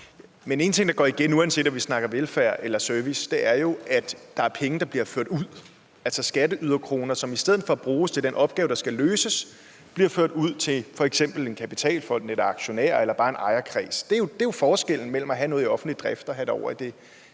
Men én ting, der går igen, uanset om vi snakker velfærd eller service, er jo, at der er penge, der bliver ført ud, altså skatteyderkroner, som i stedet for at bruges til den opgave, der skal løses, bliver ført ud til f.eks. en kapitalfond eller aktionærer eller bare en ejerkreds. Det er jo forskellen mellem at have noget i offentlig drift og have det ovre i det